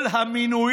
בתשלום.